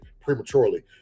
prematurely